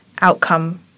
outcome